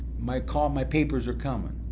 my call, my papers were coming.